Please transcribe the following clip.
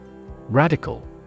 Radical